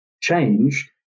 change